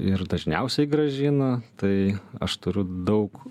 ir dažniausiai grąžina tai aš turiu daug